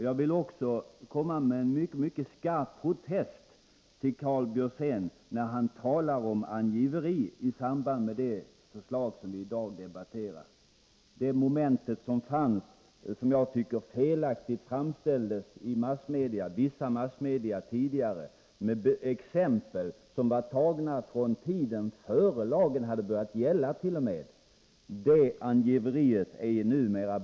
Jag vill framföra en mycket skarp protest mot Karl Björzén när han talar om angiveri i samband med det förslag som vi i dag debatterar. Det moment som tidigare fanns och som i vissa massmedia, enligt vad jag tycker felaktigt, framställdes som angiveri — med exempel som var tagna t.o.m. från tiden innan lagen hade börjat gälla — är numera borta. Det tycker jag är bra.